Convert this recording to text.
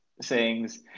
sayings